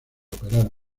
operar